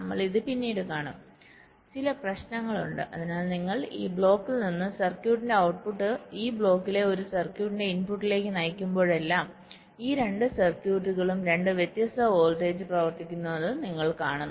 നമ്മൾ ഇത് പിന്നീട് കാണും ചില പ്രശ്നങ്ങളുണ്ട് അതിനാൽ നിങ്ങൾ ഈ ബ്ലോക്കിൽ നിന്ന് സർക്യൂട്ടിന്റെ ഔട്ട്പുട്ട് ഈ ബ്ലോക്കിലെ ഒരു സർക്യൂട്ടിന്റെ ഇൻപുട്ടിലേക്ക് നയിക്കുമ്പോഴെല്ലാം ഈ രണ്ട് സർക്യൂട്ടുകളും രണ്ട് വ്യത്യസ്ത വോൾട്ടേജുകളിൽ പ്രവർത്തിക്കുന്നത് നിങ്ങൾ കാണുന്നു